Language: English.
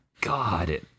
God